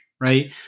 right